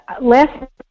last